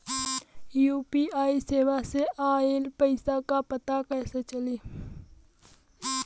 UPI सेवा से ऑयल पैसा क पता कइसे चली?